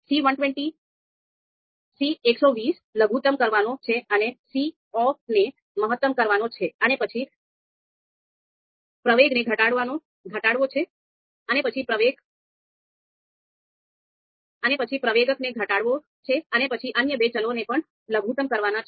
C120 લઘુત્તમ કરવાનો છે અને Coff ને મહત્તમ કરવાનો છે અને પછી પ્રવેગકને ઘટાડવો છે અને પછી અન્ય બે ચલોને પણ લઘુત્તમ કરવાના છે